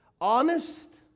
Honest